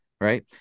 right